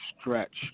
stretch